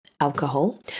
alcohol